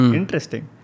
interesting